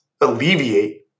alleviate